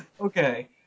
Okay